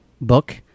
book